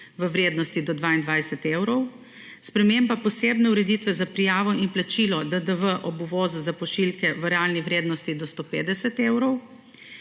v vrednosti do 22 evrov, sprememba posebne ureditve za prijavo in plačilo DDV ob uvozu za pošiljke v realni vrednosti do 150 evrov,